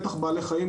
בטח בעלי חיים,